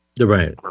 Right